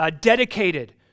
dedicated